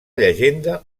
llegenda